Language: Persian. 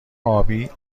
آبی